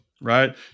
right